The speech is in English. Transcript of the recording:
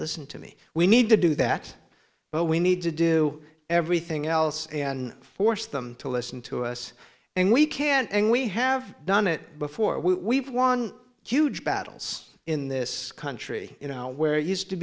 listen to me we need to do that but we need to do everything else and force them to listen to us and we can't and we have done it before we've won huge battles in this country you know where used to